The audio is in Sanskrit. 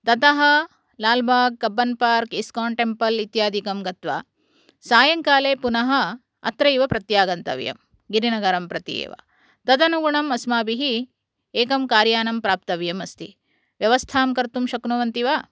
ततः Lal Bagh Cubbon park ISKCON temple इत्यादिकं गत्वा सायंकाले पुनः अत्रैव प्रत्यागन्तव्यं गिरिनगरं प्रति एव तदनुगुणम् अस्माभिः एकं कार्यानं प्राप्तव्यम् अस्ति व्यवस्थां कर्तुं शक्नुवन्ति वा